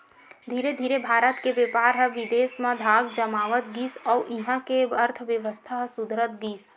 धीरे धीरे भारत के बेपार ह बिदेस म धाक जमावत गिस अउ इहां के अर्थबेवस्था ह सुधरत गिस